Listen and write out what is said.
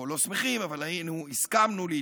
או לא שמחים, אבל הסכמנו להתפשר.